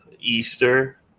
Easter